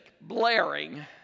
blaring